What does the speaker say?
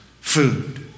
food